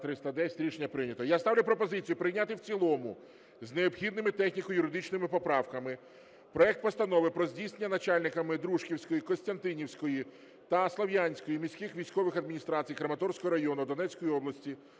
Я ставлю пропозицію прийняти в цілому з необхідними техніко-юридичними поправками проект Постанови про здійснення начальниками Дружківської, Костянтинівської та Слов'янської міських військових адміністрацій Краматорського району Донецької області